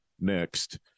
Next